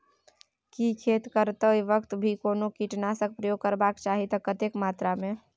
की खेत करैतो वक्त भी कोनो कीटनासक प्रयोग करबाक चाही त कतेक मात्रा में?